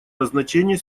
назначение